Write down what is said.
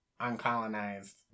uncolonized